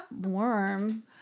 warm